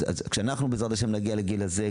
כשאנחנו בעזרת השם נגיע לגיל הזה,